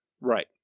Right